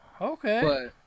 okay